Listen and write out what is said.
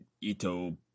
Ito